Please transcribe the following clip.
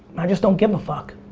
i just don't give a fuck.